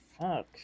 fuck